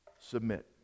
Submit